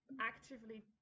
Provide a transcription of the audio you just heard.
actively